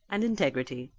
and integrity.